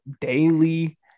daily